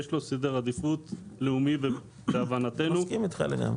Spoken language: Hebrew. יש לו סדר עדיפות לאומי ולהבנתנו --- מסכים איתך לגמרי.